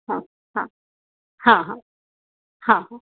हाँ हाँ हाँ हाँ हाँ